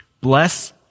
Bless